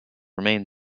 remain